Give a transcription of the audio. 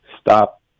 stop